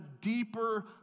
deeper